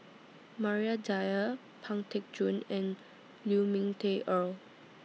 Maria Dyer Pang Teck Joon and Lu Ming Teh Earl